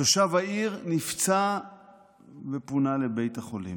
תושב העיר נפצע ופונה לבית החולים,